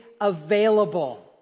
available